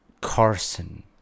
Carson